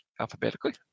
alphabetically